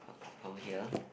from here